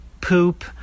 poop